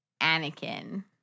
Anakin